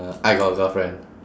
uh I got a girlfriend